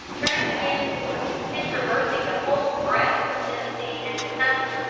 turns again north, and traversing the whole breadth of tennessee and kentucky,